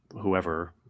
whoever